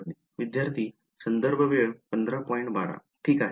विद्यार्थीः ठीक आहे